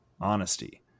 honesty